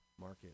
market